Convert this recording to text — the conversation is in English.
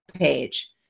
page